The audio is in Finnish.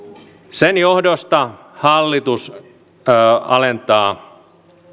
sen johdosta hallitus alentaa